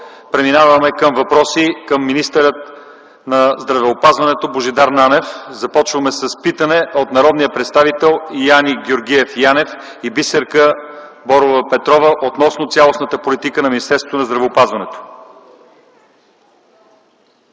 Преминаваме към въпроси към министъра на здравеопазването Божидар Нанев. Започваме с питане от народните представители Яне Георгиев Янев и Бисерка Борова Петрова относно цялостната политика на Министерството на здравеопазването.